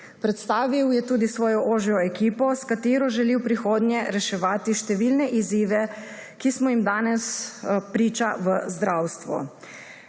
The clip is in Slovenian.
predstavil je tudi svojo ožjo ekipo, s katero želi v prihodnje reševati številne izzive, ki smo jim danes priča v zdravstvu.